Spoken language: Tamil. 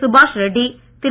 சுபாஷ் ரெட்டி திரு